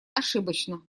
ошибочно